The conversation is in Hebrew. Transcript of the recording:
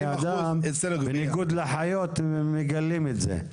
בני אדם, בניגוד לחיות, מגלים את זה.